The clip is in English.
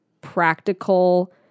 practical